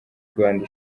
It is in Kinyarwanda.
rwanda